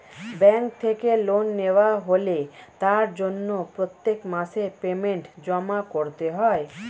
bank থেকে loan নেওয়া হলে তার জন্য প্রত্যেক মাসে পেমেন্ট জমা করতে হয়